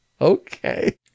Okay